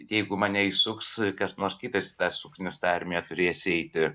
jeigu mane išsuks kas nors kitas tą suknistą armiją turės eiti